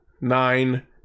nine